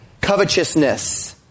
Covetousness